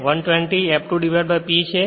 અને ns n 120 F2 P છે